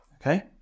Okay